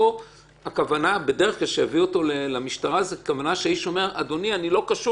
פה הכוונה שיביאו אותו למשטרה כשהוא אומר שהוא לא קשור